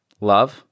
love